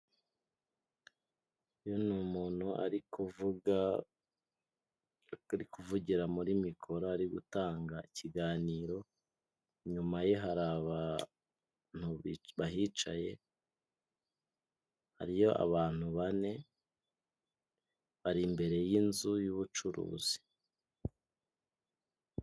Uyu ni umuntu ari kuvuga kuvugira muri mikoro ari gutanga ikiganiro inyuma ye hari abantu bahicaye hariyo abantu bane bari imbere y'inzu y'ubucuruzi.